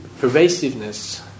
pervasiveness